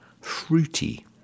Fruity